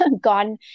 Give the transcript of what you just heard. gone